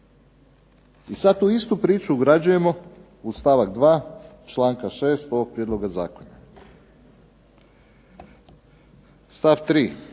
I sada tu istu priču uvršćujemo u stavak 2. članka 6. ovog prijedloga zakona. Stav 3.